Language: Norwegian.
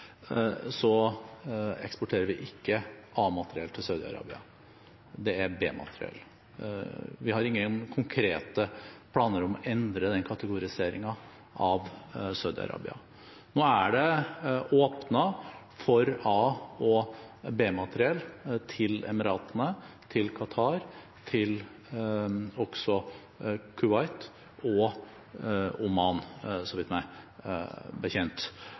eksporterer vi ikke A-materiell til Saudi-Arabia – det er B-materiell. Vi har ingen konkrete planer om å endre den kategoriseringen av Saudi-Arabia. Nå er det åpnet for A- og B-materiell til Emiratene, til Qatar, til også Kuwait og Oman, så vidt jeg